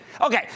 Okay